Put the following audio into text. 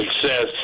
success